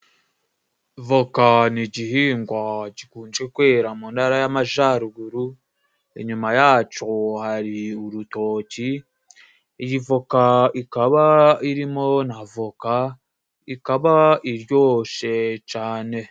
Voka ni igihingwa gikunze kwera mu ntara y'amajaruguru, inyuma yaco hari urutoki, iyi voka ikaba irimo na voka ikaba iryoshe cane.